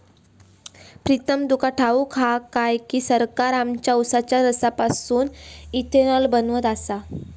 प्रीतम तुका ठाऊक हा काय की, सरकार आमच्या उसाच्या रसापासून इथेनॉल बनवत आसा